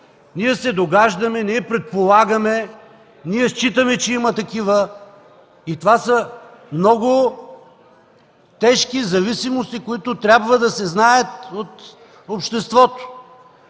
Ние се догаждаме, предполагаме, считаме, че има такива. Това са много тежки зависимости, които трябва да се знаят от обществото,